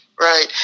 right